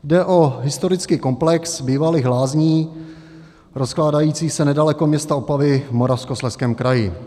Jde o historický komplex bývalých lázní rozkládající se nedaleko města Opavy v Moravskoslezském kraji.